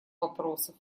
вопросов